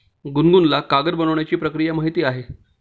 गुनगुनला कागद बनवण्याची प्रक्रिया माहीत आहे